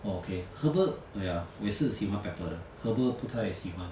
orh okay herbal oh ya 我也是喜欢 pepper 的 herbal 不太喜欢